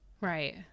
Right